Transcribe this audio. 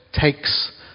takes